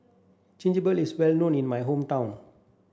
Chigenabe is well known in my hometown